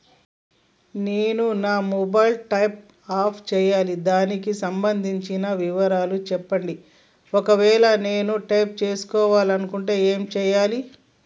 నేను నా mobile top up చేయాలి దానికి సంబంధించిన వివరాలు చెప్పండి ఒకవేళ నేను టాప్ చేసుకోవాలనుకుంటే ఏం చేయాలి?